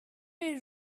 les